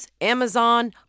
Amazon